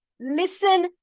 Listen